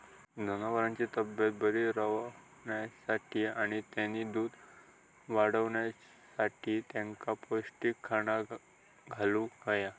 जनावरांची तब्येत बरी रवाच्यासाठी आणि तेनी दूध वाडवच्यासाठी तेंका पौष्टिक खाणा घालुक होया